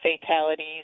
fatalities